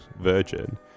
Virgin